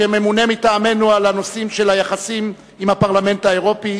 שממונה מטעמנו על הנושאים של היחסים עם הפרלמנט האירופי,